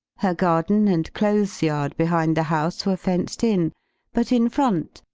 her garden and clothes-yard behind the house were fenced in but in front,